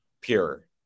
pure